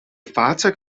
fahrzeug